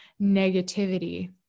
negativity